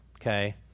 okay